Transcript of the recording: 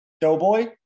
doughboy